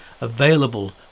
available